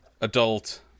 adult